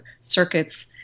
circuits